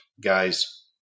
guys